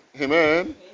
Amen